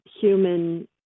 human